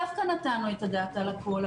דווקא נתנו את הדעת על הכול,